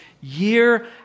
year